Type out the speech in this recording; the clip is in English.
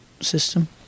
system